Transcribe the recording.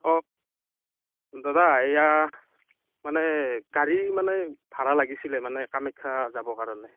অ দাদা এয়া মানে গাড়ী মানে ভাড়া লাগিছিলে মানে কামাখ্যা যাবৰ কাৰণে